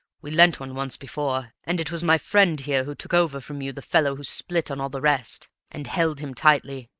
we lent one once before, and it was my friend here who took over from you the fellow who split on all the rest, and held him tightly.